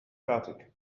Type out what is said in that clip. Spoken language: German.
fertig